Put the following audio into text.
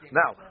now